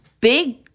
big